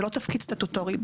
זה לא תפקיד סטטוטורי.